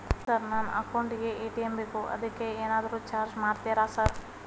Sir ನನ್ನ account ಗೇ ATM ಬೇಕು ಅದಕ್ಕ ಏನಾದ್ರು ಚಾರ್ಜ್ ಮಾಡ್ತೇರಾ ಸರ್?